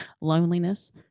loneliness